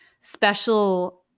special